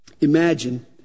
Imagine